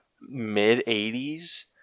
mid-80s